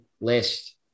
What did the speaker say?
list